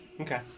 Okay